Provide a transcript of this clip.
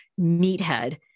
meathead